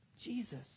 Jesus